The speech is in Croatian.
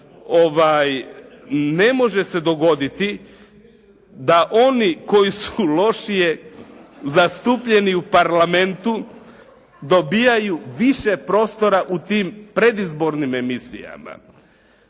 ne može se dogoditi da oni koji su lošije zastupljeni u parlamentu dobijaju više prostora u tim predizbornim emisijama.